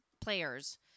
players